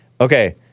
Okay